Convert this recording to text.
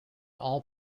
all